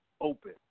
open